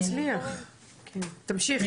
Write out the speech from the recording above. גם